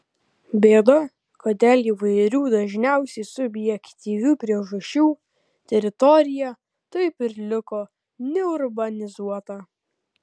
bėda kad dėl įvairių dažniausiai subjektyvių priežasčių teritorija taip ir liko neurbanizuota